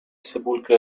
sepulcro